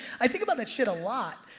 i think about that shit a lot.